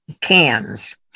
cans